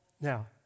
Now